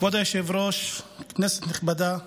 כבוד היושב-ראש, כנסת נכבדה,